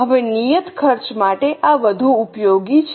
હવે નિયત ખર્ચ માટે આ વધુ ઉપયોગી છે